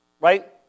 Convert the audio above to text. Right